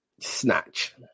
Snatch